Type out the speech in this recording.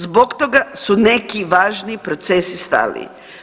Zbog toga su neki važni procesi stali.